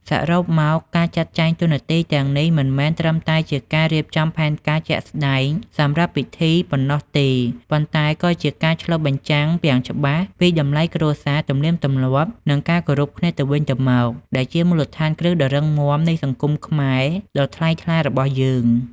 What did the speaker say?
សរុបមក ការចាត់ចែងតួនាទីទាំងនេះ មិនមែនត្រឹមតែជាការរៀបចំផែនការជាក់ស្តែងសម្រាប់ពិធីប៉ុណ្ណោះទេ ប៉ុន្តែក៏ជាការឆ្លុះបញ្ចាំងយ៉ាងច្បាស់ពី តម្លៃគ្រួសារ ទំនៀមទម្លាប់ និងការគោរពគ្នាទៅវិញទៅមក ដែលជាមូលដ្ឋានគ្រឹះដ៏រឹងមាំនៃសង្គមខ្មែរដ៏ថ្លៃថ្លារបស់យើង។